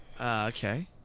Okay